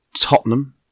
Tottenham